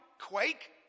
quake